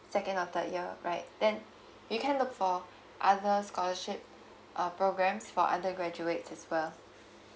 second or third year right then you can look for other scholarship uh programs for undergraduates as well